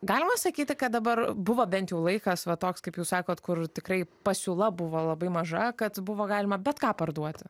galima sakyti kad dabar buvo bent jau laikas va toks kaip jūs sakot kur tikrai pasiūla buvo labai maža kad buvo galima bet ką parduoti